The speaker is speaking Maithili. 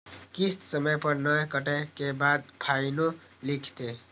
किस्त समय पर नय कटै के बाद फाइनो लिखते?